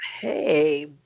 hey